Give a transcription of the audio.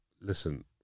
listen